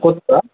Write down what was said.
కొ